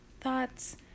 thoughts